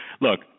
Look